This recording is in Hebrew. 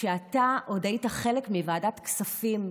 כשאתה עוד היית חלק מוועדת כספים.